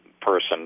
person